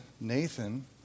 Nathan